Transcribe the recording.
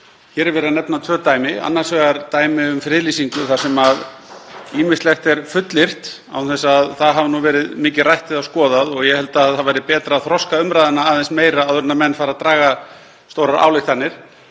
Hér er verið að nefna tvö dæmi, annars vegar dæmi um friðlýsingu þar sem ýmislegt er fullyrt án þess að það hafi verið mikið rætt eða skoðað. Ég held að það væri betra að þroska umræðuna aðeins meira áður en menn fara að draga stórar ályktanir.